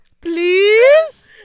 Please